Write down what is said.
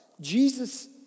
Jesus